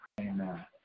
Amen